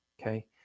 Okay